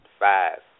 five